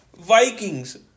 Vikings